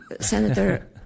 Senator